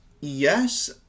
yes